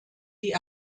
die